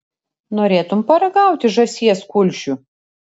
norėtum paragauti žąsies kulšių